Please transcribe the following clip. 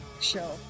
show